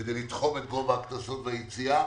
כדי לתחום את גובה הקנסות ביציאה